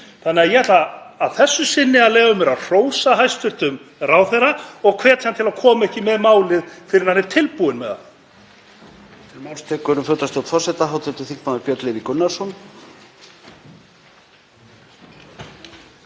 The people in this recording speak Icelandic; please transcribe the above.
Þannig að ég ætla að þessu sinni að leyfa mér að hrósa hæstv. ráðherra og hvetja hann til að koma ekki með málið fyrr en hann er tilbúinn með það.